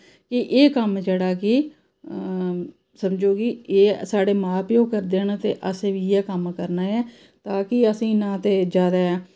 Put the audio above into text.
कि एह् कम्म जेह्ड़ा कि समझो कि एह् साढ़े मां प्योऽ करदे न ते असें बी इ'यै कम्म करना ऐ ता कि असें गी ना ते जैदा